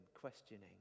questioning